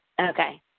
Okay